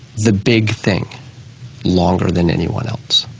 the big thing longer than anyone else.